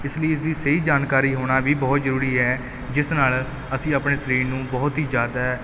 ਇਸ ਲਈ ਇਸਦੀ ਸਹੀ ਜਾਣਕਾਰੀ ਹੋਣਾ ਵੀ ਬਹੁਤ ਜ਼ਰੂਰੀ ਹੈ ਜਿਸ ਨਾਲ ਅਸੀਂ ਆਪਣੇ ਸਰੀਰ ਨੂੰ ਬਹੁਤ ਹੀ ਜ਼ਿਆਦਾ